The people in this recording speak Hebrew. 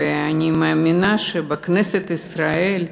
ואני מאמינה שבכנסת ישראל,